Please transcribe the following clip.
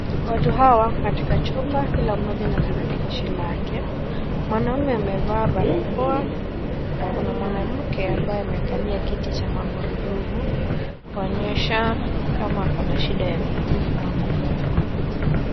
Watu hawa katika chumba , kila mmoja na tarakilishi lake, mwanamme amevaa barakoa na kuna mwanamke ambaye amekalia kiti cha magurudumu , kuonyesha kama ako na shida ya miguu au mgongo.